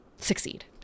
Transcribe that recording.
succeed